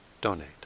donate